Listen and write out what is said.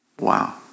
wow